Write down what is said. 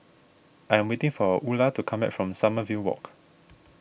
I am waiting for Ula to come back from Sommerville Walk